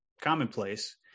commonplace